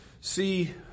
see